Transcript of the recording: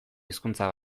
hizkuntza